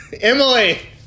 Emily